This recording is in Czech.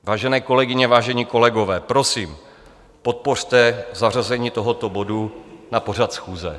Vážené kolegyně, vážení kolegové, prosím, podpořte zařazení tohoto bodu na pořad schůze.